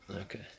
Okay